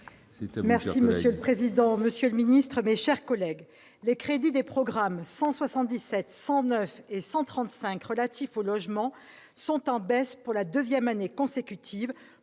avis. Monsieur le président, monsieur le ministre, mes chers collègues, les crédits des programmes 177, 109 et 135 relatifs au logement diminuent pour la deuxième année consécutive,